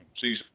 See